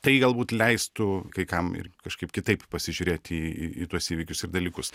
tai galbūt leistų kai kam ir kažkaip kitaip pasižiūrėti į į tuos įvykius ir dalykus